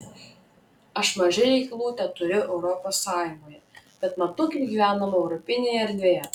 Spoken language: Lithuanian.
aš mažai reikalų teturiu europos sąjungoje bet matau kaip gyvenama europinėje erdvėje